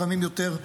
לפעמים יותר.